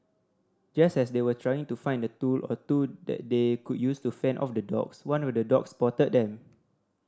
just as they were trying to find a tool or two that they could use to fend off the dogs one of the dogs spotted them